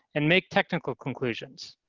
and make technical conclusions.